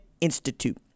Institute